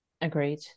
agreed